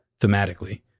thematically